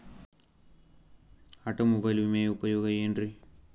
Automobile ವಿಮೆಯ ಉಪಯೋಗ ಏನ್ರೀ?